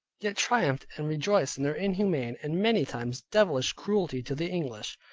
yet triumphed and rejoiced in their inhumane, and many times devilish cruelty to the english.